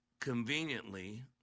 conveniently